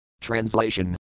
Translation